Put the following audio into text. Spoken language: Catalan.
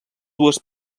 dues